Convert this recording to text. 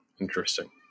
Interesting